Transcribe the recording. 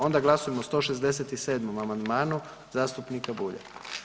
Onda glasujmo o 167. amandmanu zastupnika Bulja.